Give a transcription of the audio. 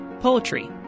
poetry